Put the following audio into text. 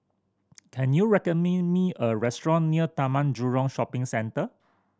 can you recommend me a restaurant near Taman Jurong Shopping Centre